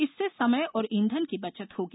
इससे समय और ईधन की बचत होगी